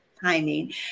timing